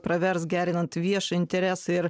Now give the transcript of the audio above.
pravers gerinant viešą interesą ir